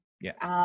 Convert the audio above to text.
Yes